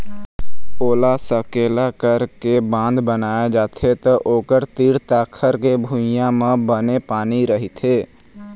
ओला सकेला करके बांध बनाए जाथे त ओखर तीर तखार के भुइंया म बने पानी रहिथे